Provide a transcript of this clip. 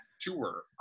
tour